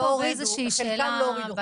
הוא נמצא פה בשאלה בהמשך.